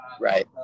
right